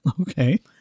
Okay